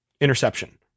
interception